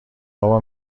بابا